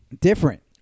Different